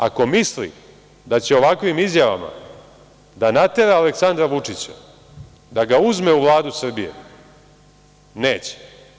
Ako misli da će ovakvim izjavama da natera Aleksandra Vučića da ga uzme u Vladu Srbije – neće.